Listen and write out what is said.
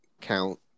count